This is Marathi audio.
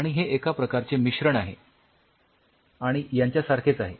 आणि हे एका प्रकारचे मिश्रण आहे आणि यांच्यासारखेच आहे